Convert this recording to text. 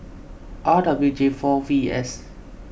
R W J four V S